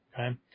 Okay